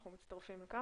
אנחנו מצטרפים לכך.